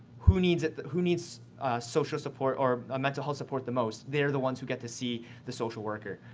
who needs who needs social support or ah mental health support the most? they're the ones who get to see the social worker,